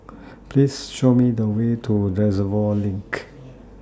Please Show Me The Way to Reservoir LINK